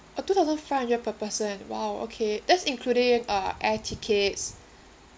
oh two thousand five hundred per person !wow! okay that's including uh air tickets